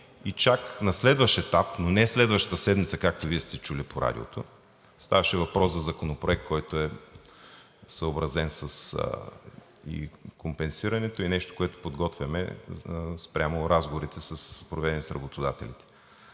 и чак на следващ етап, но не следващата седмица, както Вие сте чули по радиото. Ставаше въпрос за Законопроект, който е съобразен и с компенсирането, и с нещо, което подготвяме спрямо разговорите, проведени с работодатели.